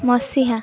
ମସିହା